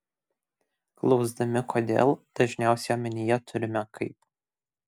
klausdami kodėl dažniausiai omenyje turime kaip